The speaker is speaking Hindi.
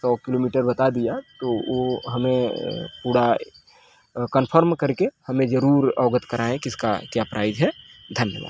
सौ किलोमीटर बता दिया तो वो हमें अ पूरा कंफर्म करके हमें जरूर अवगत कराएँ कि इसका क्या प्राइस है धन्यवाद